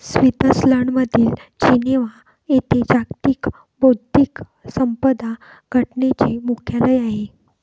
स्वित्झर्लंडमधील जिनेव्हा येथे जागतिक बौद्धिक संपदा संघटनेचे मुख्यालय आहे